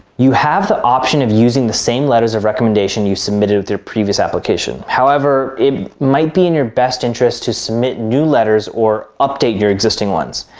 you have the option of using the same letters of recommendation you submitted with your previous application. however, it might be in your best interest to submit new letters or update your existing ones.